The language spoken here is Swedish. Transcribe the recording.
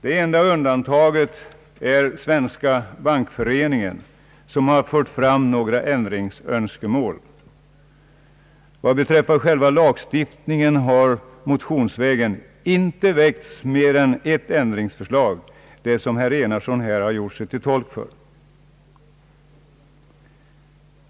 Det enda undantaget är Svenska bankföreningen, som har fört fram några ändringsönskemål. Vad beträffar själva lagstiftningen har motionsvägen inte väckts mer än ett ändringsförslag, det som herr Enarsson här har gjort sig till tolk för.